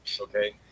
Okay